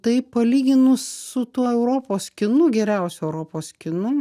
tai palyginus su tuo europos kinu geriausiu europos kinu